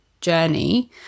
Journey